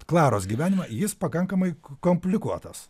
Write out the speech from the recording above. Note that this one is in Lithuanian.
klaros gyvenimą jis pakankamai komplikuotas